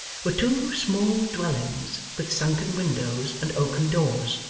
were two small dwellings with sunken windows and oaken doors,